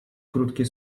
krótkie